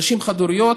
נשים חד-הוריות,